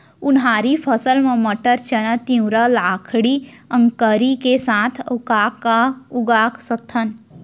उनहारी फसल मा मटर, चना, तिंवरा, लाखड़ी, अंकरी के साथ अऊ का का उगा सकथन?